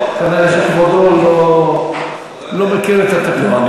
כנראה כבודו לא מכיר את התקנון.